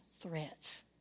threats